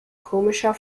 komischer